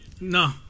No